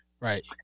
Right